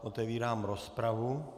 Otevírám rozpravu.